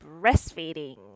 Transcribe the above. breastfeeding